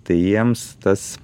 tai jiems tas